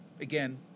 again